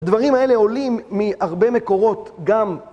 הדברים האלה עולים מהרבה מקורות גם...